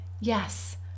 yes